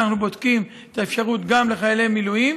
אנחנו בודקים את האפשרות לאשר גם לחיילי מילואים